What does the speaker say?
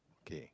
okay